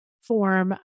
form